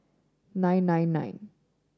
nine nine nine